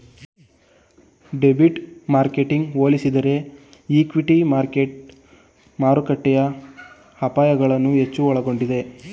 debit ಮಾರ್ಕೆಟ್ಗೆ ಹೋಲಿಸಿದರೆ equity market ಮಾರುಕಟ್ಟೆಯ ಅಪಾಯಗಳನ್ನು ಹೆಚ್ಚು ಒಳಗೊಂಡಿದೆ